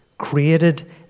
created